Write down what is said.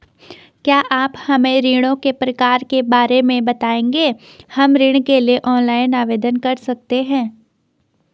क्या आप हमें ऋणों के प्रकार के बारे में बताएँगे हम ऋण के लिए ऑनलाइन आवेदन कर सकते हैं?